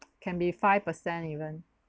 can be five percent even